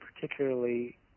particularly